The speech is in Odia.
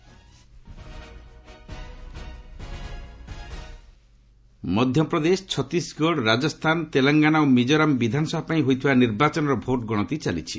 ଗଣତି ମଧ୍ୟପ୍ରଦେଶ ଛତିଶଗଡ଼ ରାଜସ୍ଥାନ ତେଲଙ୍ଗାନା ଓ ମିକ୍କୋରାମ ବିଧାନସଭା ପାଇଁ ହୋଇଥିବା ନିର୍ବାଚନର ଭୋଟ୍ ଗଣତି ଚାଲିଛି